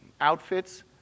outfits